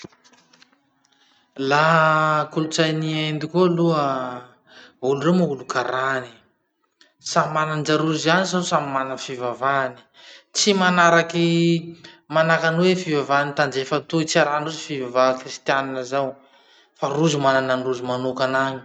Laha kolotsain'ny inde koa aloha, olo reo moa olo karany, samy mana- ndra rozy any zao samy mana fivavahany. Tsy manaraky manahaky any hoe fivavahan'ny tandrefa toy, tsy arahan-drozy fivavaha kristianina zao, fa rozy mana gn'androzy manokan'agny.